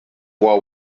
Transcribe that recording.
war